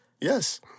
Yes